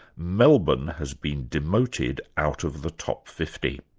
melbourne has been demoted out of the top fifty.